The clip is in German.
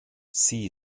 sie